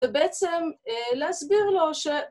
‫ובעצם להסביר לו ש...